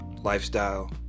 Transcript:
lifestyle